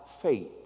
faith